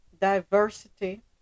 Diversity